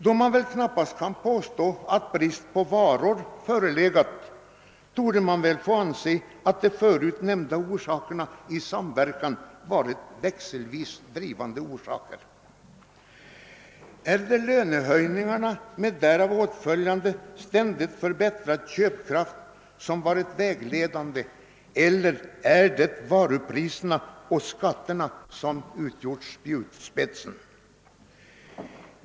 Då man knappast kan påstå att brist på varor förelegat, torde man väl få anse att de förut nämnda orsakerna i samverkan varit växelvis drivande. är det lönehöjningarna med därav åtföljande ständigt förbättrad köpkraft som varit vägledande eller är det varupriserna och skatterna som utgjort spjutspetsen?